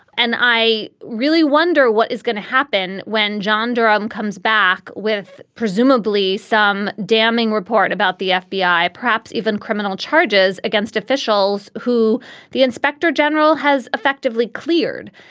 and i really wonder what is going to happen when john durham comes back with presumably some damning report about the fbi, perhaps even criminal charges against officials who the inspector general has effectively cleared.